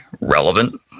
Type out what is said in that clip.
relevant